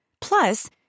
Plus